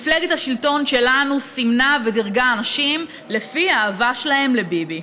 מפלגת השלטון שלנו סימנה ודירגה אנשים לפי האהבה שלהם לביבי.